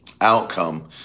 outcome